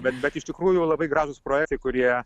bet bet iš tikrųjų labai gražūs projektai kurie